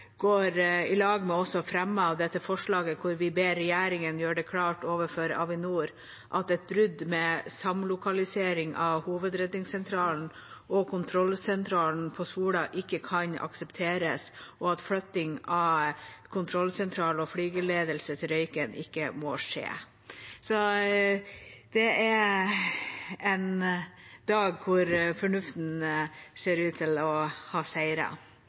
går i lag med oss og fremmer dette forslaget, hvor vi ber regjeringa gjøre det klart overfor Avinor at et brudd med samlokalisering av Hovedredningssentralen og kontrollsentralen på Sola ikke kan aksepteres, og at flytting av kontrollsentral og flygeledelse til Røyken ikke må skje. Dette er en dag hvor fornuften ser ut til å ha